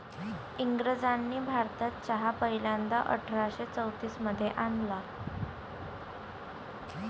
इंग्रजांनी भारतात चहा पहिल्यांदा अठरा शे चौतीस मध्ये आणला